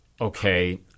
okay